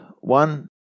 One